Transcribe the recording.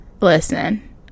listen